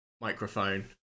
microphone